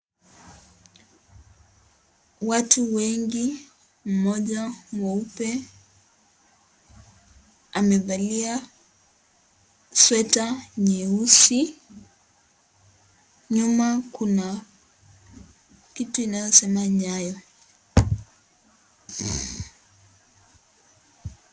Watu wengi, mmoja mweupe, amevalia sweta nyeusi nyuma kuna kitu inayosema Nyayo.